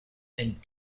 and